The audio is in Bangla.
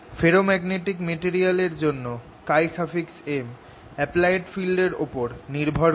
ফেরোম্যাগনেটিক মেটেরিয়াল এর জন্য M অ্যাপ্লায়েড ফিল্ড এর ওপর নির্ভর করে